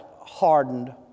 hardened